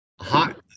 Hot